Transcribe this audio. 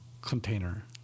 container